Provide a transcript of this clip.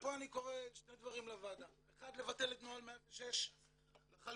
ופה אני קורא שני דברים לוועדה אחד לבטל את נוהל 106 לחלוטין.